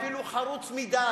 אפילו חרוץ מדי.